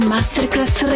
Masterclass